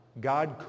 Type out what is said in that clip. God